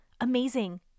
amazing